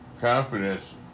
confidence